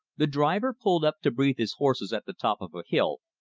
the driver pulled up to breathe his horses at the top of a hill,